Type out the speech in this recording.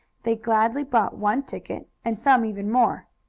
they gladly bought one ticket, and some even more.